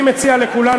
אני מציע לכולנו,